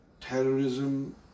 terrorism